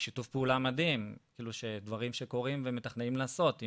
שיתוף פעולה מדהים, דברים שקורים ומתכננים לעשות.